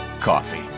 coffee